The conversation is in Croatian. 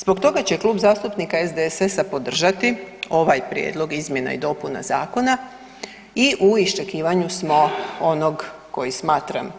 Zbog toga će Klub zastupnika SDSS-a podržati ovaj prijedlog izmjena i dopuna zakona i u iščekivanju smo onog koji smatram